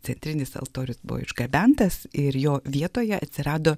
centrinis altorius buvo išgabentas ir jo vietoje atsirado